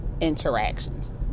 interactions